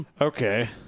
okay